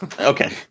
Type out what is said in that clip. Okay